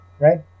Right